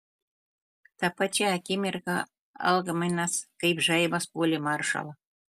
tą pačią akimirką algminas kaip žaibas puolė maršalą